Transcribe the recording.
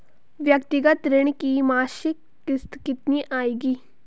व्यक्तिगत ऋण की मासिक किश्त कितनी आएगी?